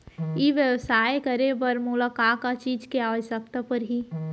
ई व्यवसाय करे बर मोला का का चीज के आवश्यकता परही?